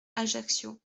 ajaccio